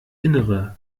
innere